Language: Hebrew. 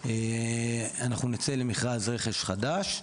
ואנחנו נצא למכרז רכש חדש,